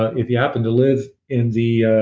but if you happen to live in the